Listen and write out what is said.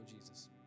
Jesus